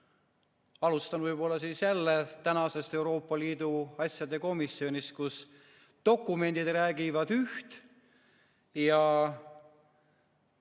infot. Alustan võib-olla jälle tänasest Euroopa Liidu asjade komisjonist, kus dokumendid räägivad üht ja